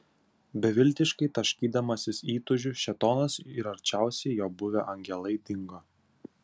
beviltiškai taškydamasis įtūžiu šėtonas ir arčiausiai jo buvę angelai dingo